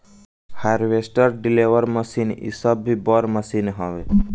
harvester, dibbler machine इ सब भी बड़ मशीन हवे